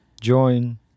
join